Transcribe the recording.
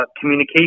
communication